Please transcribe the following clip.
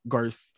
Garth